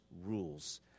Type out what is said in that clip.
rules